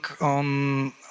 on